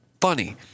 funny